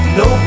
no